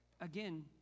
Again